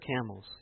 camels